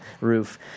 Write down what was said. roof